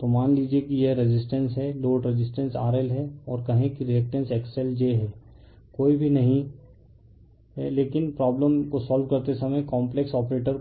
तो मान लीजिए कि यह रेसिस्टेंस है लोड रेसिस्टेंस R L है और कहें कि रिअक्टेंस X L j है कोई भी नहीं है लेकिन प्रॉब्लम को सोल्व करते समय काम्प्लेक्स ऑपरेटर